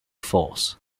false